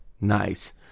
Nice